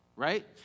Right